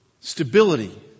Stability